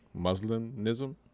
Muslimism